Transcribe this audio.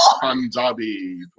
Punjabi